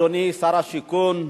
אדוני שר השיכון,